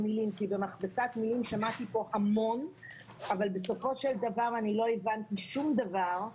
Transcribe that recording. במכבסת מילים שמעתי פה המון אבל בסופו של דבר לא הבנתי שום דבר.